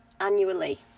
annually